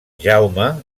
jaume